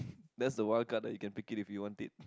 that's the wild card that you can pick it if you want it